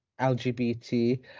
LGBT